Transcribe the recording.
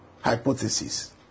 hypothesis